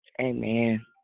Amen